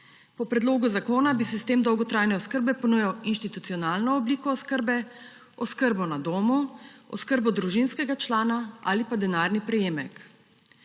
Po predlogu zakona bi sistem dolgotrajne oskrbe ponujal institucionalno obliko oskrbe, oskrbo na domu, oskrbo družinskega člana ali pa denarni prejemek.